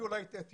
כולנו יודעים